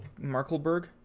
Markleberg